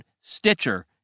Stitcher